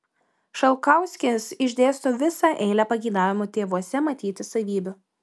šalkauskis išdėsto visą eilę pageidaujamų tėvuose matyti savybių